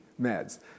meds